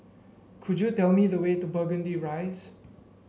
could you tell me the way to Burgundy Rise